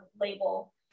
label